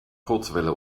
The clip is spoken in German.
kurzwelle